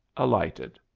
alighted.